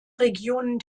regionen